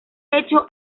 hecho